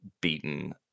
beaten